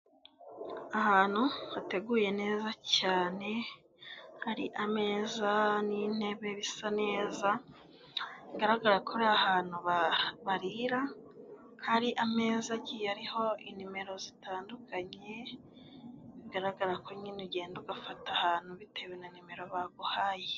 Ahantu hateguye neza cyane hari ameza n'intebe bisa neza bigaragara ko ari ahantu ba barira, hari ameza agihe ariho inimero zitandukanye bigaragara ko nyine ugenda ugafata ahantu bitewe na nimero baguhaye.